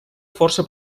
força